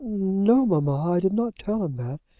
no, mamma i did not tell him that.